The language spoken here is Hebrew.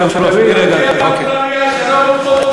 שלוש דקות.